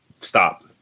stop